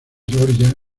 georgia